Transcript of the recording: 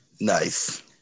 Nice